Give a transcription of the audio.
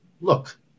Look